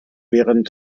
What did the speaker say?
während